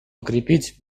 укрепить